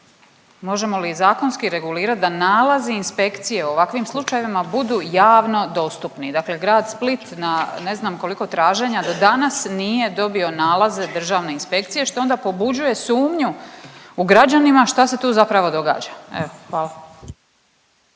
Možemo li i zakonski regulirati da nalazi inspekcije u ovakvim slučajevima budu javno dostupni. Dakle, grad Split na ne znam koliko traženja do danas nije dobio nalaze Državne inspekcije što onda pobuđuje sumnju u građanima šta se tu zapravo događa. Evo hvala.